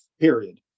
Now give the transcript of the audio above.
period